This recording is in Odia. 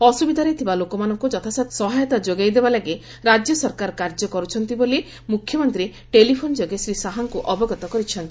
ଅସ୍ତ୍ରବିଧାରେ ଥିବା ଲୋକମାନଙ୍କ ଯଥାସାଧ୍ୟ ସହାୟତା କରିବାଲାଗି ରାଜ୍ୟ ସରକାର କାର୍ଯ୍ୟ କରୁଛନ୍ତି ବୋଲି ମୁଖ୍ୟମନ୍ତ୍ରୀ ଟେଲିଫୋନ୍ ଯୋଗେ ଶ୍ରୀ ଶାହାଙ୍କୁ ଅବଗତ କରିଛନ୍ତି